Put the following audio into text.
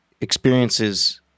experiences